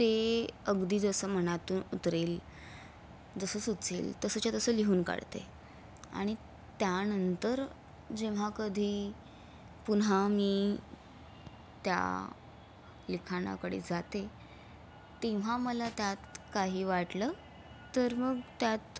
ते अगदी जसं मनातून उतरेल जसं सुचेल तसंच्या तसं लिहून काढते आणि त्यानंतर जेव्हा कधी पुन्हा मी त्या लिखाणाकडे जाते तेव्हा मला त्यात काही वाटलं तर मग त्यात